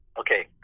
Okay